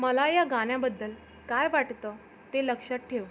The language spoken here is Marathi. मला या गाण्याबद्दल काय वाटतं ते लक्षात ठेव